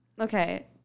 Okay